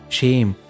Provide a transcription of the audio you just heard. shame